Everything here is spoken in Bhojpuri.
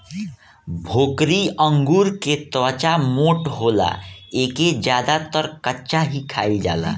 भोकरी अंगूर के त्वचा मोट होला एके ज्यादातर कच्चा ही खाईल जाला